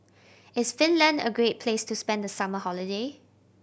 is Finland a great place to spend the summer holiday